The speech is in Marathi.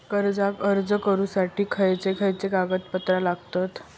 कर्जाक अर्ज करुच्यासाठी खयचे खयचे कागदपत्र लागतत